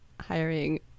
hiring